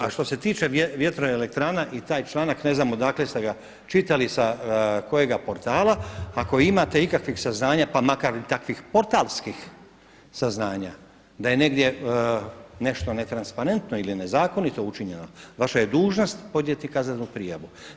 A što se tiče vjetroelektrana i taj članak ne znam odakle ste ga čitali sa kojega portala, ako imate ikakvih saznanja, pa makar i takvih portalskih saznanja da je negdje nešto netransparentno ili nezakonito učinjeno vaša je dužnost podnijeti kaznenu prijavu.